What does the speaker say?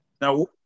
Now